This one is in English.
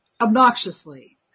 obnoxiously